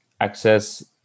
access